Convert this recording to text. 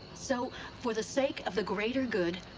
so for the sake of the greater good,